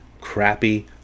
crappy